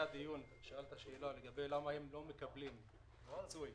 שאלת למה הם לא מקבלים פיצוי.